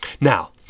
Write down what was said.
now